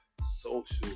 social